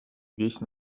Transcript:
весь